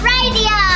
Radio